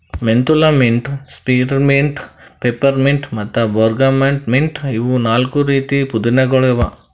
menthol mint, spearmint, peppermint ಮತ್ತ bergamot mint ಇವು ನಾಲ್ಕು ರೀತಿದ್ ಪುದೀನಾಗೊಳ್ ಅವಾ